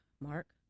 Mark